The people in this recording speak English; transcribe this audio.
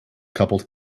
coupled